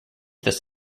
this